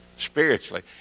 Spiritually